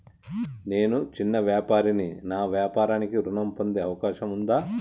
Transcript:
నేను చిన్న వ్యాపారిని నా వ్యాపారానికి ఋణం పొందే అవకాశం ఉందా?